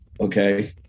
Okay